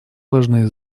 важное